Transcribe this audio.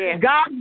God